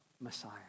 Messiah